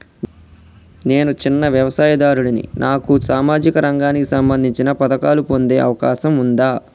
నేను చిన్న వ్యవసాయదారుడిని నాకు సామాజిక రంగానికి సంబంధించిన పథకాలు పొందే అవకాశం ఉందా?